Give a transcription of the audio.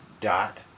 dot